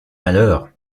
malheur